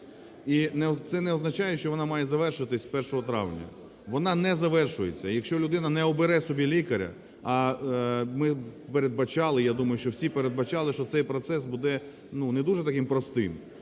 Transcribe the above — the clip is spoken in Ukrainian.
і це не означає, що вона має завершитися першого травня. Вона не завершується. Якщо людина не обере собі лікаря, а ми передбачали, я думаю, що всі передбачали, що цей процес буде, ну, не дуже таким простим,